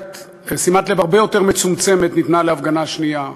שימת-לב הרבה יותר מצומצמת ניתנה להפגנה השנייה,